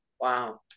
Wow